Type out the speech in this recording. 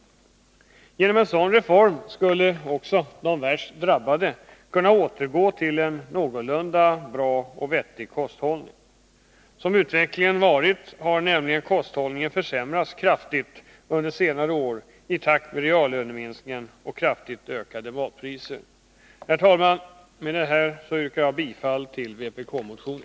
Genom en sådan reform skulle de värst drabbade kunna återgå till en någorlunda bra kosthållning. Kosthållningen har nämligen försämrats avsevärt under senare år i takt med reallöneminskningar och kraftigt ökade matpriser. Herr talman! Med detta yrkar jag bifall till vpk-motionen.